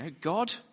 God